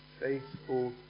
faithful